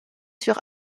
sur